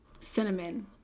cinnamon